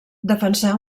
defensà